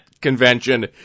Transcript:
convention